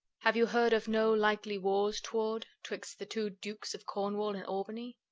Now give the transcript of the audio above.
have you heard of no likely wars toward, twixt the two dukes of cornwall and albany?